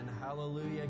Hallelujah